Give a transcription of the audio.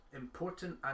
important